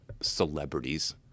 celebrities